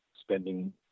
spending